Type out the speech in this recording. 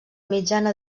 mitjana